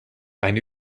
eine